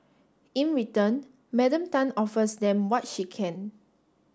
in return Madam Tan offers them what she can